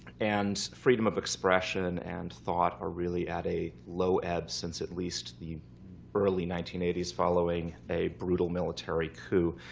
and freedom of expression and thought are really at a low ebb since at least the early nineteen eighty s following a brutal military coup.